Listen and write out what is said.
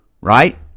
Right